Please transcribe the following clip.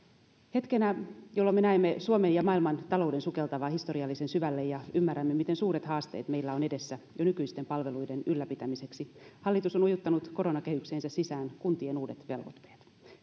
hetkenä jolloin me näemme suomen ja maailman talouden sukeltavan historiallisen syvälle ja ymmärrämme miten suuret haasteet meillä on edessä jo nykyisten palveluiden ylläpitämiseksi hallitus on ujuttanut koronakehykseensä sisään kuntien uudet velvoitteet